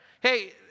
hey